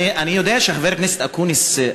אני יודע שחבר הכנסת אקוניס,